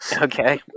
okay